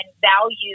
value